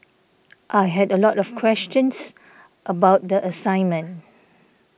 I had a lot of questions about the assignment